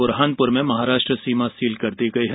बुरहानपुर में महाराष्ट्र सीमा सील कर दी गई है